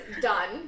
done